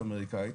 או אמריקאית,